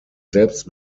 selbst